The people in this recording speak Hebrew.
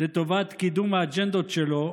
לטובת קידום האג'נדות שלו,